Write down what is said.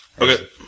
Okay